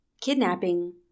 Kidnapping